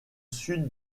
sud